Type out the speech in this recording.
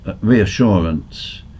reassurance